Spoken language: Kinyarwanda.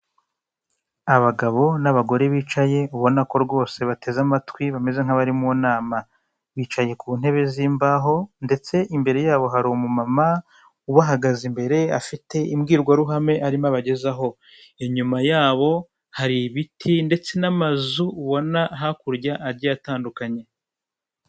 Abagabo n'abagore bicaye ubona ko rwose bateze amatwi bameze nk'abari mu nama bicaye ku ntebe z'imbaho ndetse imbere yabo hari umumama ubahagaze imbere afite imbwirwaruhame arimo abagezaho, inyuma yabo hari ibiti ndetse n'amazu ubona hakurya agiye atandukanye.